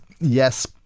yes